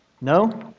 No